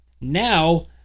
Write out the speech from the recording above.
Now